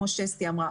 וכמו שאסתי אמרה,